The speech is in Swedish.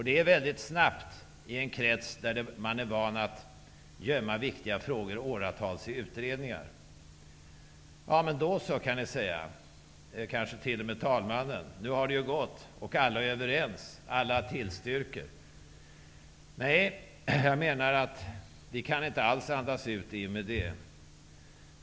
Det är väldigt snabbt i en krets där man är van vid att under många år gömma viktiga frågor i utredningar. Det går ju nu, alla är överens och tillstyrker kan kanske t.o.m. talmannen säga. Men jag menar att vi inte alls kan andas ut i och med det.